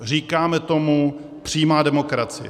Říkáme tomu přímá demokracie.